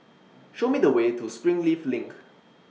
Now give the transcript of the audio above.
Show Me The Way to Springleaf LINK